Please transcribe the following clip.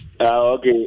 Okay